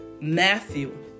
Matthew